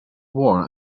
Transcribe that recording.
war